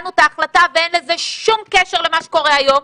ואין לזה שום קשר למה שקורה היום,